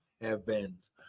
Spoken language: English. heavens